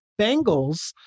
Bengals